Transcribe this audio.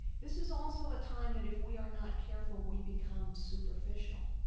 this is also a time that if we are not careful we become superficial.